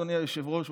אדוני היושב-ראש,